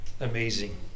Amazing